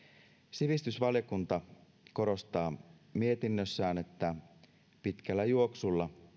sivistysvaliokunta korostaa mietinnössään että pitkällä juoksulla